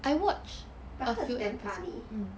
but heard it's damn funny